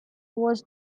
was